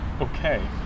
Okay